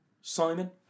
Simon